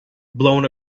blown